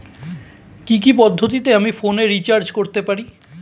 কি কি পদ্ধতিতে আমি ফোনে রিচার্জ করতে পারি?